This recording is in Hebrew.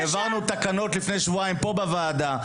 העברנו לפני שבועיים תקנות פה בוועדה,